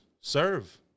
serve